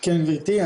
כן, גבירתי.